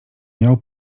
miał